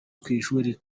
mwinshi